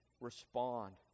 respond